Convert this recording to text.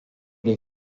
les